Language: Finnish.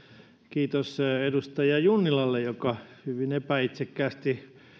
kiitos edustaja junnilalle joka hyvin epäitsekkäästi